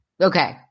Okay